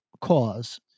cause